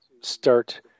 start